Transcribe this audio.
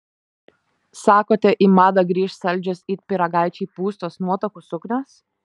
sakote į madą grįš saldžios it pyragaičiai pūstos nuotakų suknios